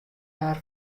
har